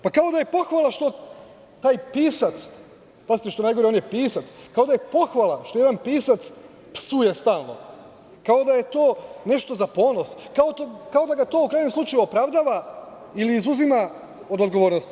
Pa kao da je pohvala što taj pisac, pazite što je najgore on je pisac, kao da je pohvala što jedan pisac psuje stalno, kao da je to nešto za ponos, kao da ga to u krajnjem slučaju opravdava ili izuzima od odgovornosti.